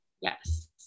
Yes